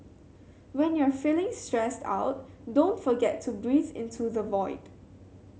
when you are feeling stressed out don't forget to breathe into the void